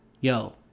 Yo